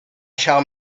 shall